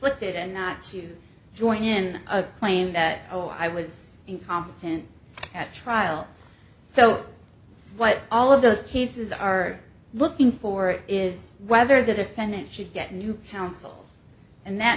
looked at and not to join in a claim that no i was incompetent at trial so what all of those cases are looking for is whether the defendant should get new counsel and that